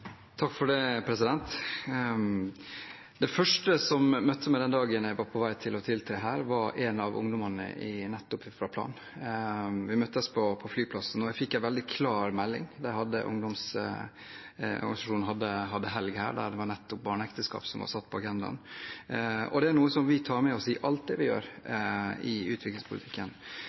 Det første som møtte meg den dagen jeg var på vei til å tiltre, var en av ungdommene fra nettopp Plan. Vi møttes på flyplassen, og jeg fikk en veldig klar melding, ungdomsorganisasjonen var her i helgen, det var nettopp barneekteskap som var satt på agendaen. Det er noe vi tar med oss i alt vi gjør i utviklingspolitikken.